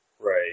Right